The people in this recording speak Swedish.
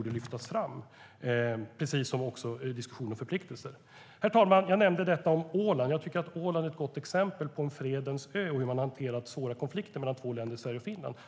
Det gäller även diskussionen om förpliktelser. Herr talman! Jag nämnde Åland. Jag tycker att Åland är ett gott exempel på en fredens ö och på hur man har hanterat svåra konflikter mellan två länder, Sverige och Finland.